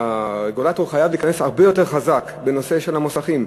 הרגולטור חייב להיכנס הרבה יותר חזק בנושא המוסכים.